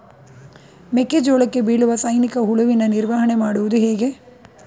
ಮೆಕ್ಕೆ ಜೋಳಕ್ಕೆ ಬೀಳುವ ಸೈನಿಕ ಹುಳುವಿನ ನಿರ್ವಹಣೆ ಮಾಡುವುದು ಹೇಗೆ?